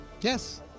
Yes